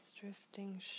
drifting